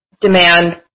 demand